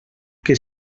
que